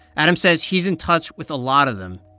adam says he's in touch with a lot of them,